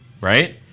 Right